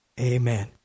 Amen